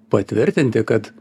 patvirtinti kad